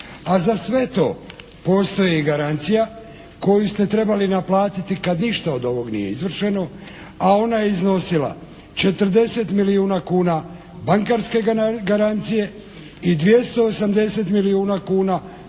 a za sve to postoji garancija koju ste trebali naplatiti kad ništa od ovog nije izvršeno, a ona je iznosila 40 milijuna kuna bankarske garancije i 280 milijuna kuna